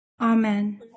Amen